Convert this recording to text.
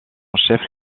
chef